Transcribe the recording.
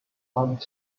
but